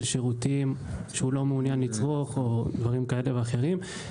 שירותים שהוא לא מעוניין לצרוך או דברים כאלה ואחרים.